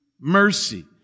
mercy